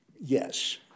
yes